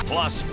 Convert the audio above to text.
Plus